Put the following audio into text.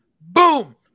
Boom